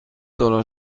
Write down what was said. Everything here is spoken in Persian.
دلار